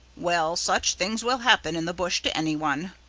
well, such things will happen in the bush to anyone.